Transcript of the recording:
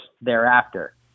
thereafter